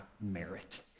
merit